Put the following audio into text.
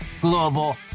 global